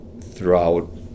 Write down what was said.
throughout